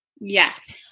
Yes